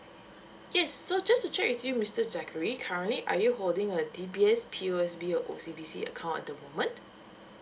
yes so just to check with you mister zachary currently are you holding a D_B_S P_O_S_B or O_C_B_C account at the moment